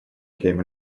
came